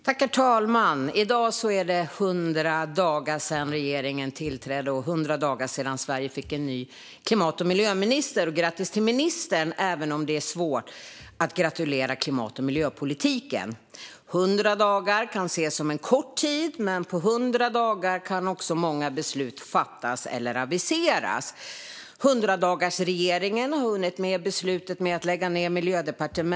Herr talman! I dag är det 100 dagar sedan regeringen tillträdde och Sverige fick en ny klimat och miljöminister. Jag vill säga grattis till ministern, även om det är svårt att gratulera till klimat och miljöpolitiken. Man kan se 100 dagar som en kort tid, men på 100 dagar kan också många beslut fattas eller aviseras. Beslutet om att lägga ned Miljödepartementet är en sak som 100-dagarsregeringen har hunnit med.